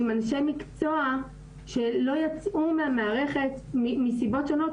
עם אנשי מקצוע שלא יצאו מהמערכת מסיבות שונות,